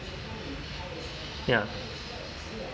yeah